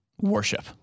worship